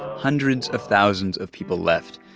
hundreds of thousands of people left.